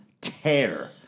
tear